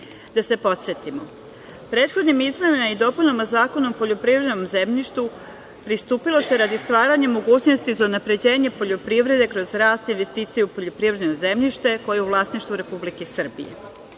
se podsetimo, prethodnim izmenama i dopunama Zakona o poljoprivrednom zemljištu pristupilo se stvaranju mogućnosti za unapređenje poljoprivrede kroz rast investicije u poljoprivredno zemljište koje je u vlasništvu Republike Srbije,